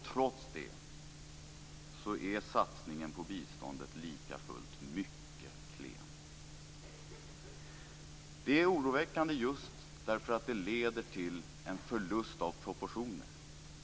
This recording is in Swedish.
Trots det är satsningen på biståndet likafullt mycket klen. Det är oroväckande just därför att det leder till en förlust av proportioner.